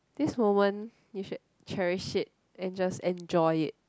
this moment you should cherish it and just enjoy it